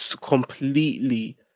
completely